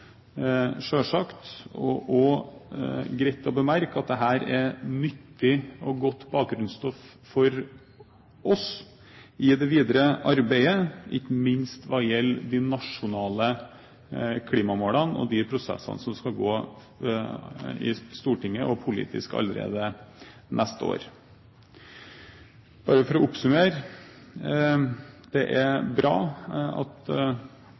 og greit å bemerke at dette er nyttig og godt bakgrunnsstoff for oss i det videre arbeidet, ikke minst hva gjelder de nasjonale klimamålene og de prosessene som skal gå i Stortinget og politisk allerede neste år. Bare for å oppsummere: Det er bra at